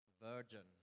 virgin